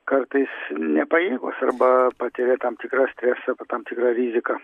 kartais nepajėgūs arba patiria tam tikrą stresą arba tam tikrą riziką